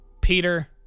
Peter